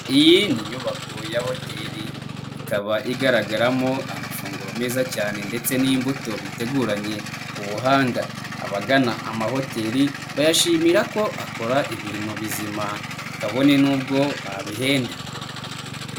Iyi ni nyubako ya hoteli, ikaba igaragaramo amafunguro meza cyane ndetse n'imbuto biteguranye ubuhanga, abagana amahoteli, bayashimira ko akora ibintu bizima kabone n'ubwo babihenda.